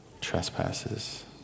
trespasses